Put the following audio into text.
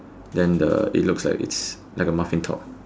then the it looks like it's like a muffin top